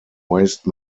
waste